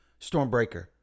Stormbreaker